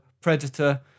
Predator